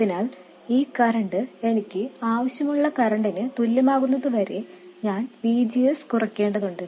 അതിനാൽ ഈ കറന്റ് എനിക്ക് ആവശ്യമുള്ള കറൻറിനു തുല്യമാകുന്നതുവരെ ഞാൻ VG S കുറയ്ക്കേണ്ടതുണ്ട്